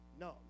no